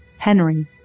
Henry